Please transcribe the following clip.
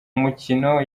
umukino